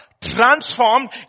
Transformed